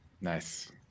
Nice